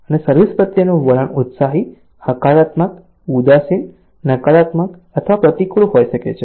અને સર્વિસ પ્રત્યેનું વલણ ઉત્સાહી હકારાત્મક ઉદાસીન નકારાત્મક અથવા પ્રતિકૂળ હોઈ શકે છે